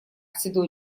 седой